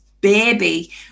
baby